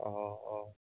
অঁ অঁ